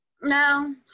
no